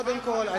קודם כול,